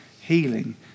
healing